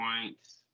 points